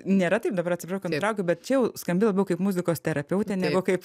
nėra taip dabar atsiprašau kad nutraukiu bet čia skambi labiau kaip muzikos terapeutė negu kaip